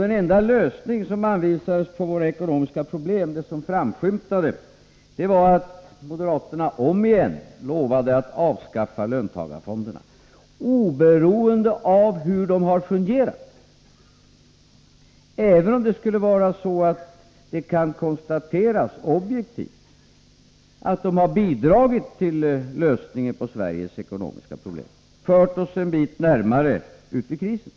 Den enda lösning som framskymtade på landets ekonomiska problem var att moderaterna om igen lovade att avskaffa löntagarfonderna, oberoende av hur de har fungerat och även om man kan konstatera objektivt att de har bidragit till en lösning av Sveriges ekonomiska problem och fört oss en bit längre ur krisen.